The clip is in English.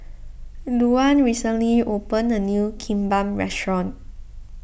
Louann recently opened a new Kimbap restaurant